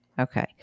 Okay